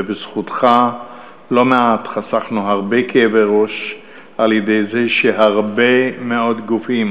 ולא מעט בזכותך חסכנו הרבה כאבי ראש על-ידי זה שאיגדת הרבה מאוד גופים